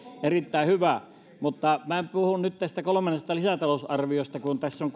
erittäin hyvä mutta minä puhun nyt tästä kolmannesta lisätalousarviosta tässä on